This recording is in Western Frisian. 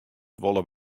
wolle